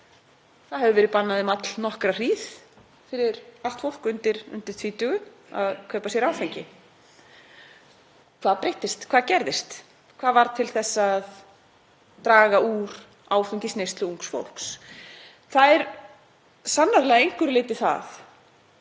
það hefur verið bannað um allnokkra hríð fyrir allt fólk undir tvítugu að kaupa sér áfengi. Hvað breyttist? Hvað gerðist? Hvað varð til þess að draga úr áfengisneyslu ungs fólks? Það er sannarlega að einhverju leyti það